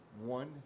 one